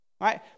right